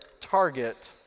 target